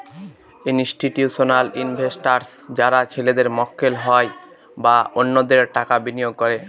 institutional investors যারা ছেলেদের মক্কেল হয় বা অন্যদের টাকা বিনিয়োগ করে